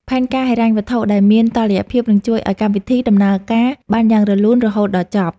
ផែនការហិរញ្ញវត្ថុដែលមានតុល្យភាពនឹងជួយឱ្យកម្មវិធីដំណើរការបានយ៉ាងរលូនរហូតដល់ចប់។